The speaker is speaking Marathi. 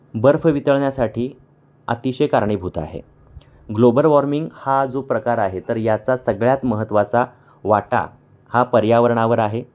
बर्फ वितळण्यासाठी अतिशय कारणीभूत आहे ग्लोबल वॉर्मिंग हा जो प्रकार आहे तर याचा सगळ्यात महत्त्वाचा वाटा हा पर्यावरणावर आहे